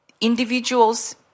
Individuals